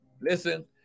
Listen